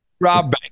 Rob